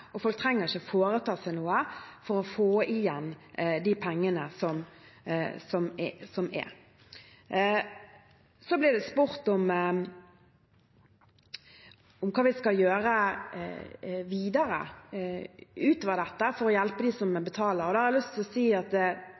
Folk trenger ikke foreta seg noe for å få igjen de pengene. Det ble spurt om hva vi skal gjøre videre, utover dette, for å hjelpe dem som betaler. Til det vil jeg si at forbrukerministeren, altså barne- og familieminister Kjersti Toppe, og undertegnede har hatt et møte med nettselskapene der vi drøftet problemstillingen. Tilbakemeldingen er at